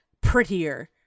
prettier